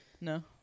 No